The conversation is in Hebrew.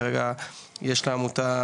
כרגע יש לעמותה